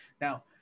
now